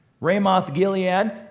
Ramoth-Gilead